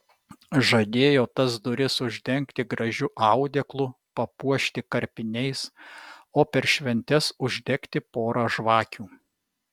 žadėjo tas duris uždengti gražiu audeklu papuošti karpiniais o per šventes uždegti porą žvakių